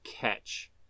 catch